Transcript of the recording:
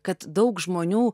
kad daug žmonių